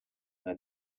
nka